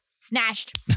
Snatched